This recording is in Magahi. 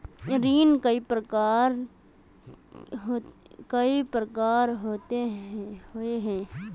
ऋण कई प्रकार होए है?